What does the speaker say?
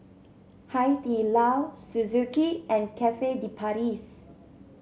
Hai Di Lao Suzuki and Cafe De Paris